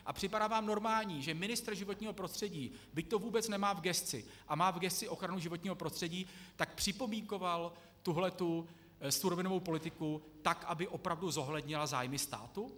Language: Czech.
A připadá vám normální, že ministr životního prostředí, byť to vůbec nemá v gesci a má v gesci ochranu životního prostředí, tak připomínkoval tuhle surovinovou politiku tak, aby opravdu zohlednila zájmy státu?